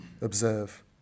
observe